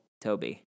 Toby